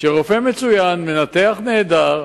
שרופא מצוין, מנתח נהדר,